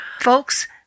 Folks